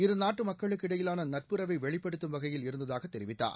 இருநாட்டு மக்களுக்கு இடையிலான நட்புறவை வெளிப்படுத்தும் வகையில் இருந்ததாக தெரிவித்தார்